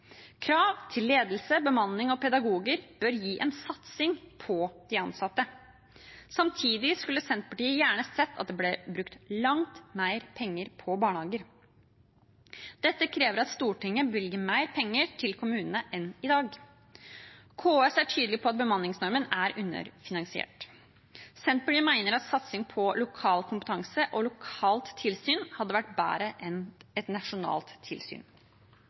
Krav til ledelse, bemanning og pedagoger bør gi en satsing på de ansatte. Samtidig skulle Senterpartiet gjerne sett at det ble brukt langt mer penger på barnehager. Dette krever at Stortinget bevilger mer penger til kommunene enn i dag. KS er tydelig på at bemanningsnormen er underfinansiert. Senterpartiet mener at satsing på lokal kompetanse og lokalt tilsyn hadde vært bedre enn et nasjonalt tilsyn.